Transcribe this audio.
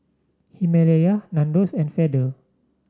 Himalaya Nandos and Feather